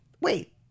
Wait